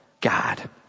God